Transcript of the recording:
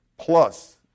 plus